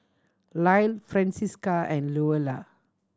Lyle Francisca and Louella